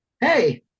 Hey